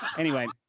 anyway.